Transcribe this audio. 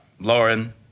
Lauren